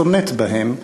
סונט בהם,